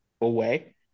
away